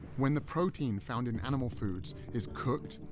when the protein found in animal foods is cooked,